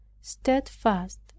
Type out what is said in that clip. steadfast